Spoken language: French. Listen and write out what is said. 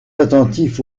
attentif